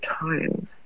times